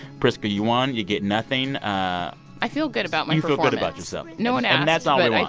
priska, you won. you get nothing i feel good about my performance you feel good about yourself no one asked. and that's all we want.